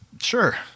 Sure